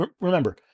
Remember